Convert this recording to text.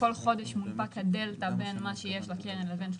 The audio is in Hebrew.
שכל חודש מונפק הדלתא בין מה שיש לקרן לבין ה-30%.